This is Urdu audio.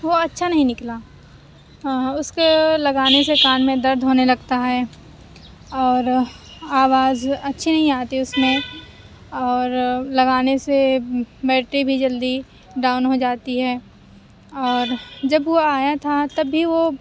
وہ اچھا نہیں نکلا اس کو لگانے سے کان میں درد ہونے لگتا ہے اور آواز اچھی نہیں آتی اس میں اور لگانے سے بیٹری بھی جلدی ڈاؤن ہو جاتی ہے اور جب وہ آیا تھا تبھی وہ